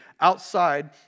outside